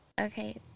okay